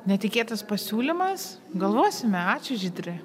netikėtas pasiūlymas galvosime ačiū žydri